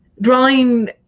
Drawing